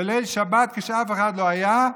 בליל שבת כשאף אחד לא היה.